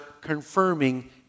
confirming